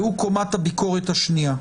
והוא קומת הביקורת השנייה.